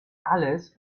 alles